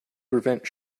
prevent